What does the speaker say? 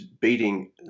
beating